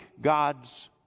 God's